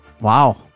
wow